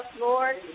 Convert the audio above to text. Lord